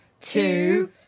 two